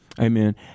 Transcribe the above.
Amen